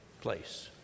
place